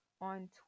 on